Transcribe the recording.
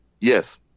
Yes